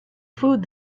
food